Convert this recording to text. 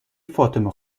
فاطمه